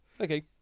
Okay